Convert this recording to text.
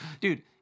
dude